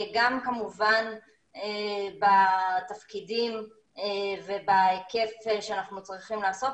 גם כמובן בתפקידים ובהיקף שאנחנו צריכים לעשות,